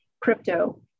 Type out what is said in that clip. crypto